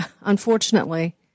unfortunately